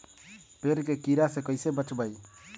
पेड़ के कीड़ा से कैसे बचबई?